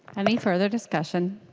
i mean further discussion?